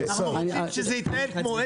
אנחנו רוצים שזה יתנהל כמו עסק.